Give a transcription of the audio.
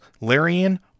Larian